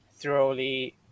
thoroughly